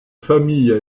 famille